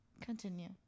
Continue